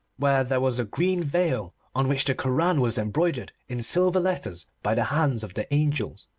where there was a green veil on which the koran was embroidered in silver letters by the hands of the angels.